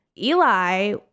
Eli